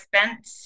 spent